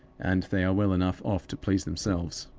and they are well enough off to please themselves.